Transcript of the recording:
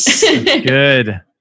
good